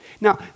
Now